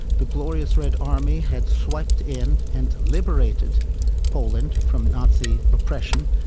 the glorious red army had swept in and liberated poland from nazi oppression,